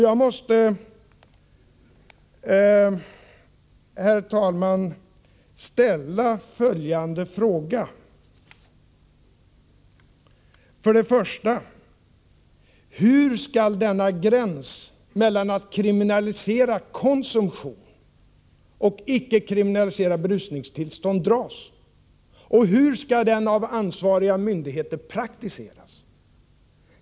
Jag måste, herr talman, ställa följande fråga: Hur skall gränsen mellan att kriminalisera konsumtion och att icke kriminalisera berusningstillstånd dras? Hur skall det praktiseras av ansvariga myndigheter?